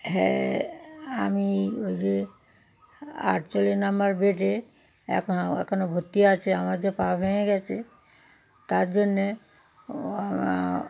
হ্যাঁ আমি ওদের আটচল্লিশ নম্বর বেডে এখন এখনো ভর্তি আছি আমার তো পা ভেঙে গেছে তার জন্যে